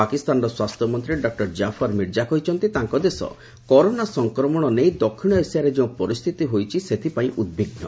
ପାକିସ୍ତାନର ସ୍ୱାସ୍ଥ୍ୟମନ୍ତ୍ରୀ ଡକ୍କର ଜାଫର ମିର୍ଚ୍ଚା କହିଛନ୍ତି ତାଙ୍କ ଦେଶ କରୋନା ସଂକ୍ରମଣ ନେଇ ଦକ୍ଷିଣ ଏସିଆରେ ଯେଉଁ ପରିସ୍ଥିତି ହୋଇଛି ସେଥିପାଇଁ ଉଦ୍ବିଘ୍ନ